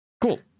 Cool